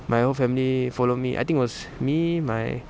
my whole family follow me I think was me my